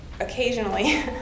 occasionally